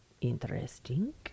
Interesting